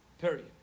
Period